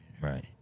Right